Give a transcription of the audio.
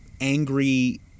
angry